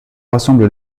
rassemble